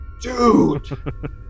Dude